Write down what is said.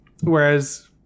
Whereas